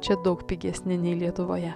čia daug pigesni nei lietuvoje